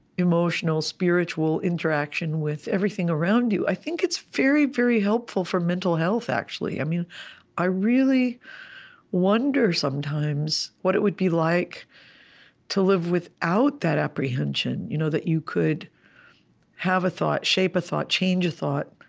emotional, spiritual interaction with everything around you. i think it's very, very helpful for mental health, actually i really wonder, sometimes, what it would be like to live without that apprehension you know that you could have a thought, shape a thought, change a thought,